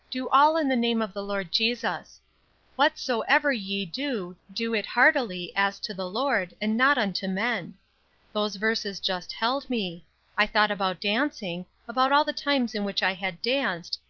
do all in the name of the lord jesus whatsoever ye do, do it heartily, as to the lord, and not unto men those verses just held me i thought about dancing, about all the times in which i had danced,